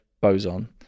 boson